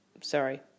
Sorry